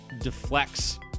deflects